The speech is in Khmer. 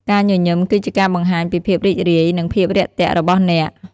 ការញញឹមគឺជាការបង្ហាញពីភាពរីករាយនិងភាពរាក់ទាក់របស់អ្នក។